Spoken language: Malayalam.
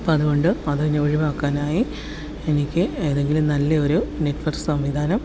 അപ്പം അതുകൊണ്ട് അതിനെ ഒഴിവാക്കാനായി എനിക്ക് ഏതെങ്കിലും നല്ല ഒരു നെറ്റ്വർക്ക് സംവിധാനം